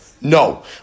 No